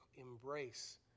embrace